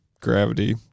gravity